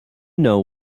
know